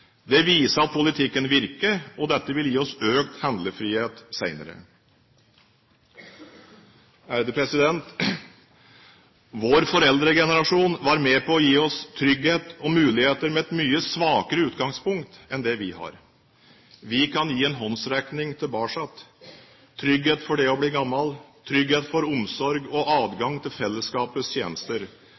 Det viser at politikken virker, og dette vil gi oss økt handlefrihet senere. Vår foreldregenerasjon var med på å gi oss trygghet og muligheter, med et mye svakere utgangspunkt enn det vi har. Vi kan gi en håndsrekning tilbake – trygghet for det å bli gammel, trygghet for omsorg og adgang til fellesskapets tjenester.